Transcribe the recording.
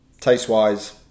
Taste-wise